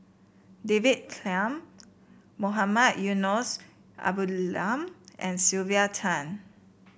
David Tham Mohamed Eunos Abdullah and Sylvia Tan